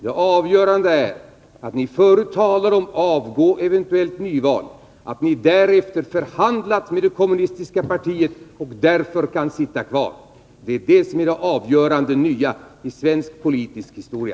Det avgörande är att ni förut talade om att avgå eller eventuellt utlysa nyval men att ni därefter förhandlat med det kommunistiska partiet och därför kan sitta kvar. Det är detta som är det avgörande och det nya i svensk politisk historia.